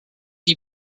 die